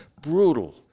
brutal